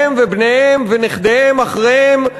הם ובניהם ונכדיהם אחריהם.